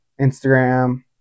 Instagram